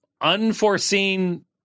unforeseen